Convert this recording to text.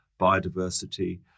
biodiversity